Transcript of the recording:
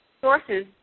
sources